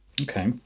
Okay